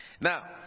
Now